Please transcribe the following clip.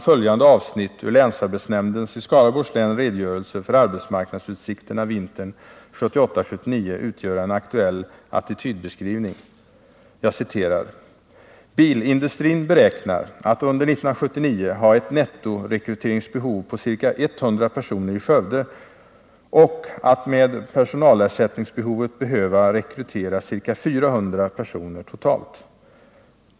Följande avsnitt ur länsarbetsnämndens i Skaraborgs län redogörelse för arbetsmarknadsutsikterna vintern 1978/79 kan tjäna som exempel på de problem som redovisas och utgöra en aktuell attitydbeskrivning: ”Bilindustrin beräknar att under 1979 ha ett nettorekryteringsbehov på ca 100 personer i Skövde och att med personalersättningsbehovet behöva rekrytera ca 100 personer totalt.